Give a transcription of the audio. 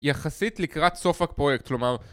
יחסית לקראת סוף הפרויקט, כלומר...